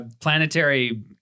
planetary